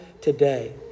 today